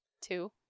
Two